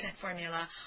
formula